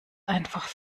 einfach